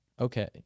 okay